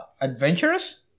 adventurous